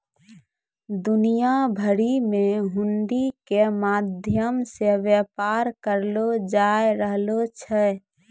दुनिया भरि मे हुंडी के माध्यम से व्यापार करलो जाय रहलो छै